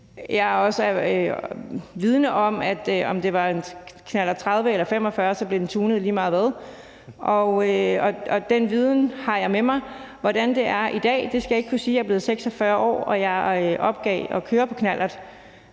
Jeg er også vidende om, at om det var en knallert 30 eller knallert 45, blev den tunet lige meget hvad. Den viden har jeg med mig. Hvordan det er i dag, skal jeg ikke kunne sige. Jeg er blevet 46 år, og jeg opgav at køre på knallert.